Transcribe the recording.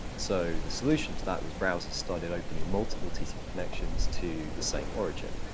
so the solution to that was browsers started opening multiple tcp connections to the same origin,